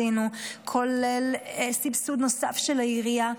כולל סבסוד נוסף של העירייה,